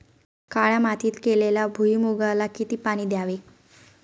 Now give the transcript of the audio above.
काळ्या मातीत केलेल्या भुईमूगाला किती पाणी द्यावे?